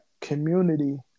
community